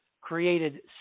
created